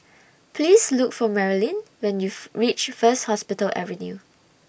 Please Look For Marylyn when YOU REACH First Hospital Avenue